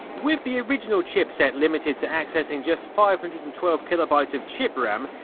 with the original chip set limited to accessing just five hundred and twelve kb ah of chip ram,